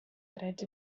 drets